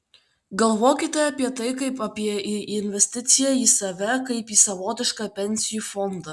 galvokite apie tai kaip apie į investiciją į save kaip į savotišką pensijų fondą